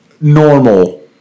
Normal